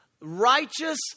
righteous